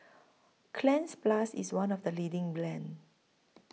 Cleanz Plus IS one of The leading brands